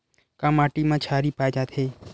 का माटी मा क्षारीय पाए जाथे?